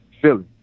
Philly